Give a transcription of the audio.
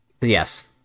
Yes